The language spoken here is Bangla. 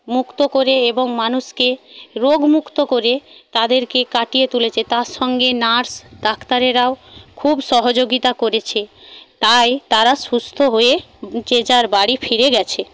মুক্ত করে এবং মানুষকে রোগ মুক্ত করে তাদেরকে কাটিয়ে তুলেছে তার সঙ্গে নার্স ডাক্তারেরাও খুব সহযোগিতা করেছে তাই তারা সুস্থ হয়ে যে যার বাড়ি ফিরে গেছে